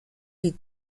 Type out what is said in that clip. die